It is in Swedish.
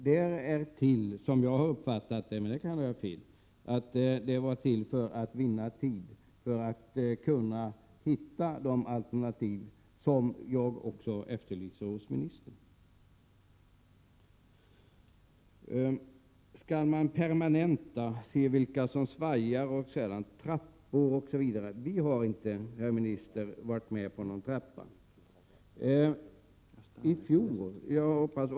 Det är möjligt att jag har fel, men jag har uppfattat att denna åtgärd är till för att vinna tid och kunna hitta de alternativ som också jag efterlyser hos ministern. Skall man permanenta, se vilka som svajar, införa trappor etc.? Vi har inte varit med om att införa någon trappa, herr minister.